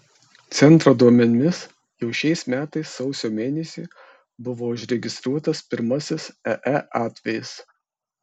centro duomenimis jau šiais metais sausio mėnesį buvo užregistruotas pirmasis ee atvejis